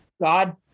God